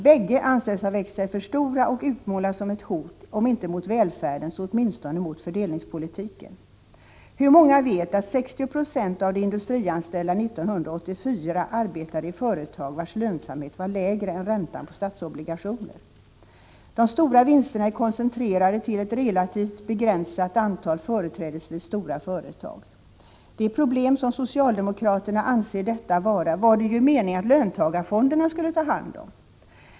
Bägge anses ha växt sig för stora och utmålas som ett hot om inte mot välfärden så åtminstone mot fördelningspolitiken. Hur många vet att 60 20 av de industrianställda 1984 arbetade i företag, vilkas lönsamhet var lägre än räntan på statsobligationer? De stora vinsterna är koncentrerade till ett relativt begränsat antal företrädesvis stora företag. Det problem som socialdemokraterna anser detta vara skulle ju löntagarfonderna ta hand om.